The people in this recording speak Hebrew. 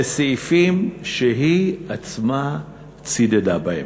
לסעיפים שהיא עצמה צידדה בהם,